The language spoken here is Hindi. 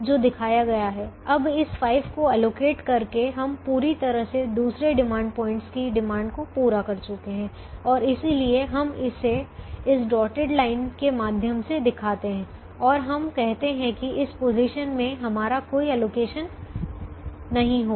जो दिखाया गया है अब इस 5 को आवंटित करके हम पूरी तरह से दूसरे डिमांड पॉइंट की डिमांड को पूरा कर चुके हैं और इसलिए हम इसे इस डॉटेड लाइन के माध्यम से दिखाते हैं और हम कहते हैं कि इस पोजीशन में हमारा कोई एलोकेशन नहीं होगा